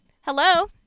Hello